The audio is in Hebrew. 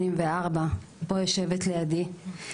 היא פה יושבת לידי,